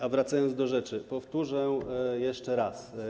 A wracając do rzeczy, powtórzę jeszcze raz.